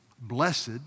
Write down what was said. blessed